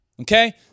Okay